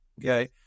Okay